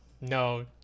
no